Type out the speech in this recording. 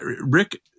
Rick